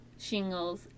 shingles